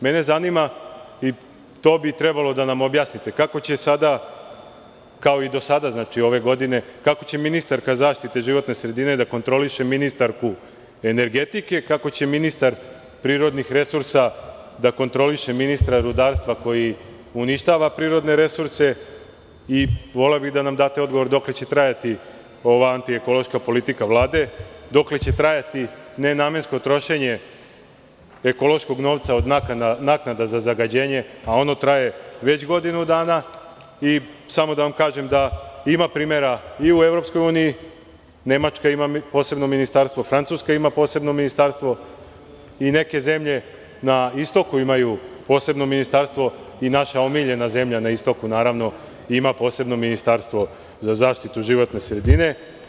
Mene zanima, to bi trebalo da nam objasnite kako će sada, kao i do sada ove godine, kako će ministarka zaštite životne sredine da kontroliše ministarku energetike, kako će ministar prirodnih resursa da kontroliše ministra rudarstva koji uništava prirodne resurse i voleo bih da nam date odgovor dokle će trajati ova antiekološka politika Vlade, koliko će trajati nenamensko trošenje ekološkog novca od naknada za zagađenje, a ono traje već godinu dana i samo da vam kažem da ima primera i u EU, Nemačka ima posebno ministarstvo, Francuska ima posebno ministarstvo i neke zemlje na istoku imaju posebno ministarstvo i naša omiljena zemlja na istoku, naravno, ima posebno ministarstvo za zaštitu životne sredine.